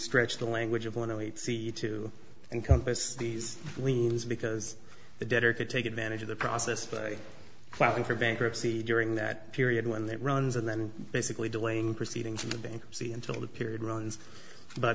stretch the language of want to see to encompass these liens because the debtor could take advantage of the process by filing for bankruptcy during that period when that runs and then basically delaying proceedings in the bankruptcy until the period runs but